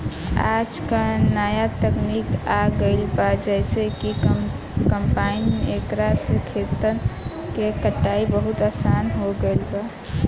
आजकल न्या तकनीक आ गईल बा जेइसे कि कंपाइन एकरा से खेतन के कटाई बहुत आसान हो गईल बा